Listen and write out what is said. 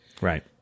Right